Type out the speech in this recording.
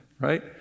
right